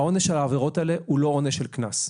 העונש על העבירות האלה הוא לא עונש של קנס,